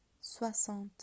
Soixante